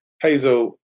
Hazel